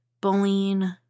bullying